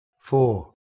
Four